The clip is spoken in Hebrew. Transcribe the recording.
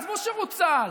עזבו שירות בצה"ל.